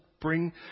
bring